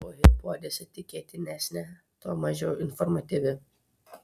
kuo hipotezė tikėtinesnė tuo mažiau informatyvi